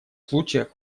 случаях